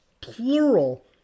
plural